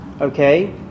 Okay